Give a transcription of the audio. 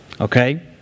okay